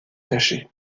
caché